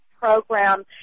program